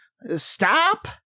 stop